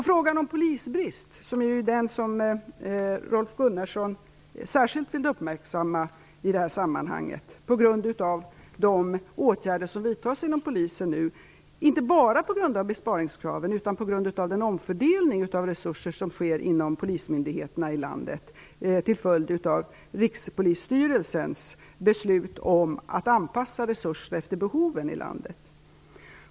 Frågan om polisbrist är den fråga som Rolf Gunnarsson särskilt vill uppmärksamma, på grund av de åtgärder som vidtas inom polisen, inte bara på grund av besparingskraven, utan på grund av den omfördelning av resurser som sker inom polismyndigheterna i landet till följd av Rikspolisstyrelsens beslut om att anpassa resurserna efter behoven i landet.